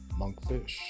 Monkfish